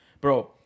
Bro